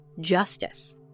justice